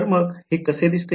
तर मग हे कसे दिसते